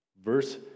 Verse